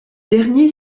dernier